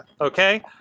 okay